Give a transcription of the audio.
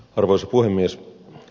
arvoisa puhemies